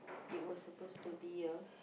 it was supposed to be a